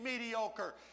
mediocre